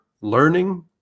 learning